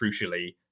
crucially